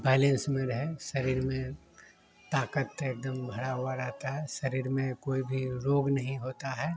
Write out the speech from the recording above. balance में रहे शरीर में ताक़त एकदम भरी हुई रहती है शरीर में कोई भी रोग नहीं होता है